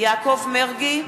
יעקב מרגי,